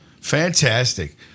fantastic